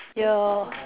your